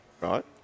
Right